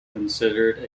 considered